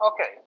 Okay